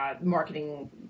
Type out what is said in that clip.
marketing